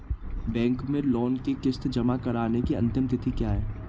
Bank में loan की किश्त जमा कराने की अंतिम तिथि क्या है?